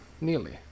Nearly